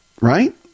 right